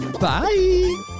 Bye